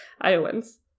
Iowans